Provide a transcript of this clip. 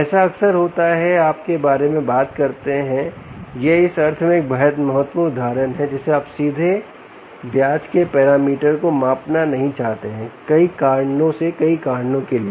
ऐसा अक्सर होता है आप के बारे में बात करते हैं यह इस अर्थ में एक बहुत महत्वपूर्ण उदाहरण है जिसे आप सीधे ब्याज के पैरामीटर को मापना नहीं चाहते हैं कई कारणों से कई कारणों के लिए